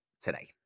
today